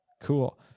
Cool